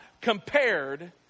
Compared